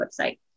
website